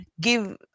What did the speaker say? give